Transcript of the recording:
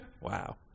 Wow